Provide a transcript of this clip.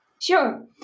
Sure